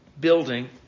building